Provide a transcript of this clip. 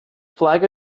flag